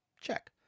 Check